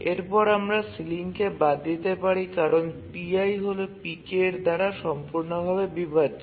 এরপর আমরা সিলিং কে বাদ দিতে পারি কারণ pi হল pk দ্বারা সম্পূর্ণভাবে বিভাজ্য